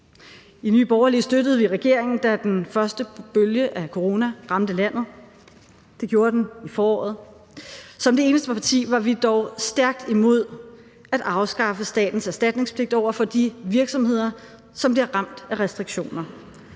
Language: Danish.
I Nye Borgerlige støttede vi regeringen, da den første bølge af corona ramte landet. Det gjorde den i foråret. Som det eneste parti var vi dog stærkt imod at afskaffe statens erstatningspligt over for de virksomheder, som bliver ramt af restriktioner.